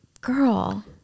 girl